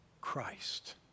Christ